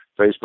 Facebook